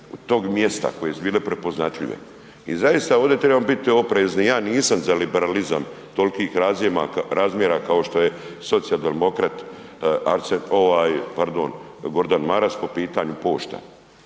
tog mjesta koje su bile prepoznatljive. I zaista ovdje trebamo biti oprezni, ja nisam za liberalizam tolkih razmjera kao što je socijaldemokrat Arsen, ovaj pardon Gordan Maras po pitanju pošta.